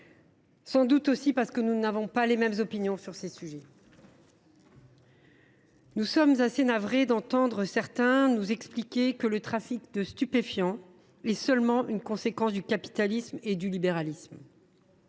sans doute aussi parce que nous n’avons pas les mêmes opinions en la matière. Nous sommes assez navrés d’entendre certains nous expliquer que le trafic de stupéfiants est seulement une conséquence du capitalisme et du libéralisme,